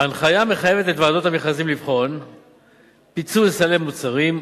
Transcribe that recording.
ההנחיה מחייבת את ועדות המכרזים לבחון פיצול סלי מוצרים,